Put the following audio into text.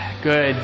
good